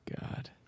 God